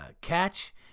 catch